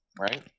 Right